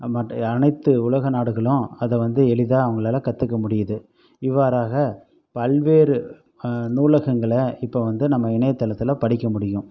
மற்ற அனைத்து உலகநாடுகளும் அதை வந்து எளிதாக அவங்களால் கற்றுக்க முடியுது இவ்வாறாக பல்வேறு நூலகங்களை இப்போ வந்து நம்ம இணையத்தளத்தில் படிக்க முடியும்